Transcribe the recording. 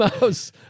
Mouse